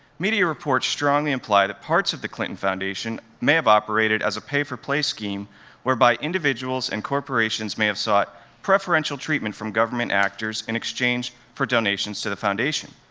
media reports strongly imply that parts of the clinton foundation may have operated as a pay-for-play scheme whereby individuals and corporations may have sought preferential treatment from government actors in exchange for donations to the foundation.